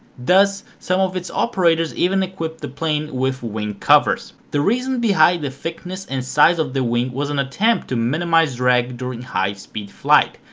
thus some of its operators even equipped the plane with wing covers. the reason behind the thickness and size of the wings was an attempt to minimize drag during high speed flight,